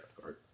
card